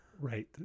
Right